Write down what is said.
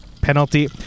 penalty